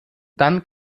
dann